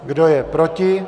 Kdo je proti?